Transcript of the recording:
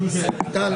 הישיבה ננעלה בשעה